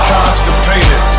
Constipated